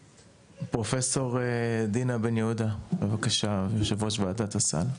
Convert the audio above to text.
פרופ' דינה בן יהודה, בבקשה, יו"ר וועדת הסל,